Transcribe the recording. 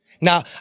Now